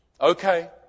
okay